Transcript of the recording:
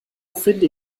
finde